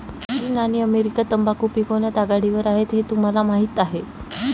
चीन आणि अमेरिका तंबाखू पिकवण्यात आघाडीवर आहेत हे तुम्हाला माहीत आहे